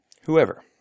whoever